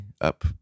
up